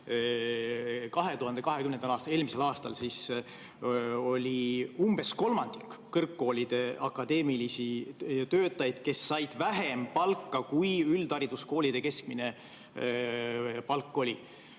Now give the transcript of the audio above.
2020. aastal, eelmisel aastal sai umbes kolmandik kõrgkoolide akadeemilisi töötajaid vähem palka, kui oli üldhariduskoolides keskmine palk.